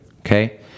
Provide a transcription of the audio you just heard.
okay